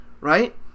right